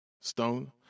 stone